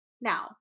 Now